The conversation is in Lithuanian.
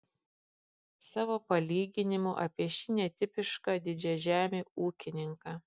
savo palyginimu apie šį netipišką didžiažemį ūkininką